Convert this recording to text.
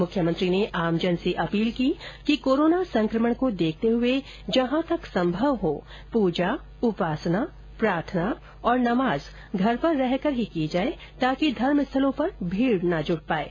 मुख्यमंत्री ने आमजन से अपील की कि कोरोना संक्रमण को देखते हुए जहां तक सम्भव हो पूजा उपासना प्रार्थना और नमाज घर पर रहकर ही की जाए ताकि धर्म स्थलों पर भीड़ नहीं जुटे